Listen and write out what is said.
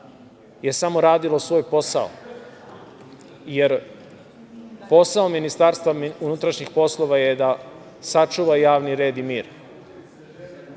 je samo radilo svoj posao, jer posao Ministarstva unutrašnjih poslova je da sačuva javni red i mir,